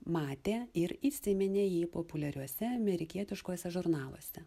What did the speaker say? matė ir įsiminė jį populiariuose amerikietiškuose žurnaluose